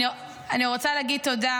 אני רוצה להגיד תודה